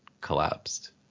collapsed